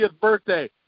birthday